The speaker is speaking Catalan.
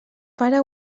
pare